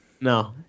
No